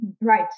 Right